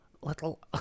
little